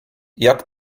jak